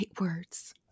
words